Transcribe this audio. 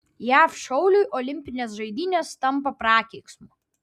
jav šauliui olimpinės žaidynės tampa prakeiksmu